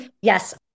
Yes